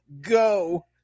go